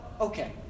Okay